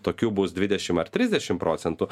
tokių bus dvidešim ar trisdešim procentų